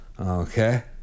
okay